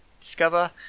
discover